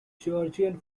georgian